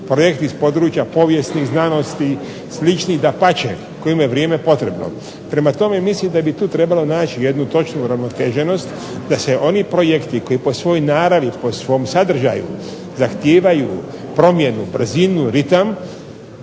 Projekti iz područja povijesnih znanosti, sličnih, dapače kojima je vrijeme potrebno. Prema tome, mislim da bi tu trebalo naći jednu točnu uravnoteženost da se oni projekti koji po svojoj naravi, po svom sadržaju zahtijevaju promjenu, brzinu, ritam